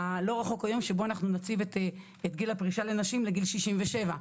לא רחוק היום שבו אנחנו נציב את גיל הפרישה לנשים בגיל 67,